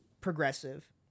progressive